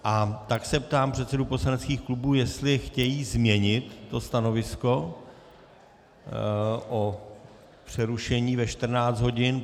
A tak se ptám předsedů poslaneckých klubů, jestli chtějí změnit to stanovisko o přerušení ve 14 hodin.